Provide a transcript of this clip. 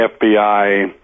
fbi